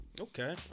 Okay